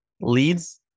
leads